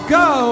go